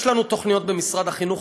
יש לנו תוכניות במשרד החינוך,